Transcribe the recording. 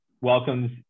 welcomes –